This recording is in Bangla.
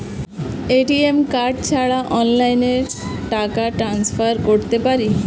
এ.টি.এম কার্ড ছাড়া অনলাইনে টাকা টান্সফার করতে পারি?